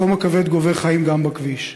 החום הכבד גובה חיים גם בכביש,